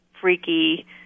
freaky